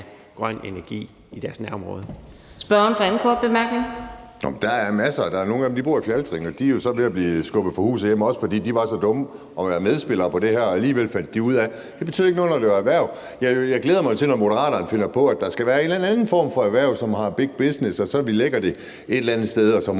Kim Edberg Andersen (NB): Jamen dem er der masser af. Nogle af dem bor i Fjaltring, og de er jo så ved at blive skubbet væk fra hus og hjem, fordi de var så dumme at være medspillere på det her, og alligevel fandt de ud af, er det ikke betød noget, når det drejede sig om erhverv. Jeg glæder mig til, at Moderaterne finder på, at der skal være en eller anden anden form for erhverv, som er big business, og at de så lægger det et eller andet sted, hvor